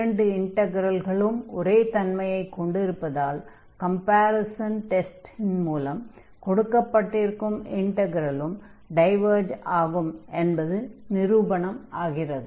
இரண்டு இன்டக்ரல்களும் ஒரே தன்மையைக் கொண்டிருப்பதால் கம்பேரிசன் டெஸ்டின் மூலம் கொடுக்கப்பட்டிருக்கும் இன்டக்ரலும் டைவர்ஜ் ஆகும் என்பது நிரூபணம் ஆகிறது